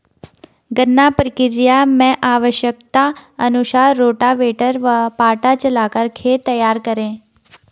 गन्ना प्रक्रिया मैं आवश्यकता अनुसार रोटावेटर व पाटा चलाकर खेत तैयार करें